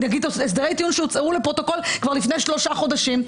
הסדרי טיעון שהוצהרו לפרוטוקול כבר לפני שלושה חודשים,